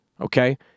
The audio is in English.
Okay